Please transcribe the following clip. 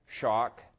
shock